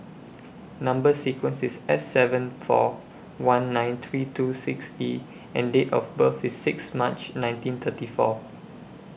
Number sequence IS S seven four one nine three two six E and Date of birth IS six March nineteen thirty four